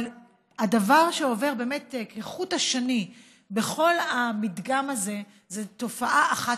אבל הדבר שעובר באמת כחוט השני בכל המדגם הזה זה תופעה אחת